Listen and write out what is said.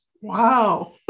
Wow